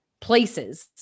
places